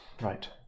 Right